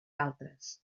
altres